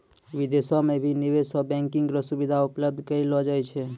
विदेशो म भी निवेश बैंकिंग र सुविधा उपलब्ध करयलो जाय छै